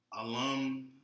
alum